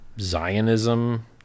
Zionism